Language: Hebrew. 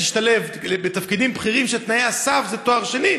תשתלב בתנאים בכירים כשתנאי הסף זה תואר שני,